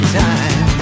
time